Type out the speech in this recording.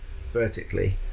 vertically